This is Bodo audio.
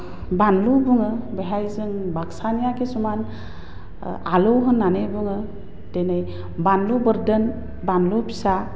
बानलु बुङो बेहाय जों बाक्सानिया खिसुमान आलौ होन्नानै बुङो दिनै बानलु बोरदोन बानलु फिसा